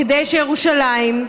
כדי שירושלים,